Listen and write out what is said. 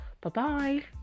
Bye-bye